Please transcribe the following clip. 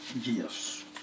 Yes